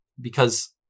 because-